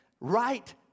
Right